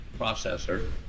processor